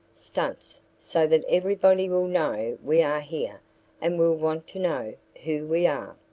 stunts so that everybody will know we are here and will want to know who we are.